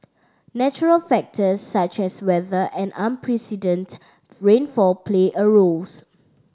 natural factors such as weather and unprecedented rainfall play a roles